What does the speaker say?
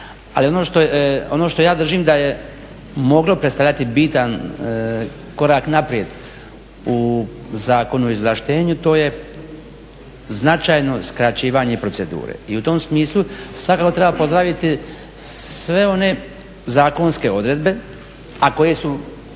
Ali ono što ja držim da je moglo predstavljati bitan korak naprijed u Zakonu o izvlaštenju to je značajno skraćivanje procedure. I u tom smislu svakako treba pozdraviti sve one zakonske odredbe, a koje su